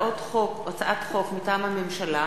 מטעם הממשלה: